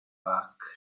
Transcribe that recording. luck